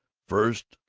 first,